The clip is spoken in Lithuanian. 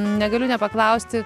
negaliu nepaklausti